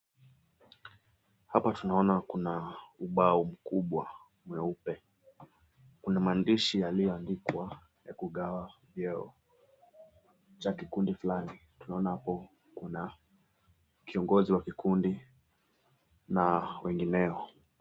Hapa tunaona kuna ubao mkubwa mweupe. Kuna maandishi yaliyoandikwa ya kugawa vyeo cha kikundi fulani. Tunaona hapo kuna kiongozi wa kikundi na wengineo.